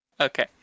Okay